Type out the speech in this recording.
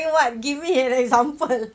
like what give me an example